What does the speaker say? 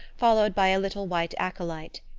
followed by a little white acolyte.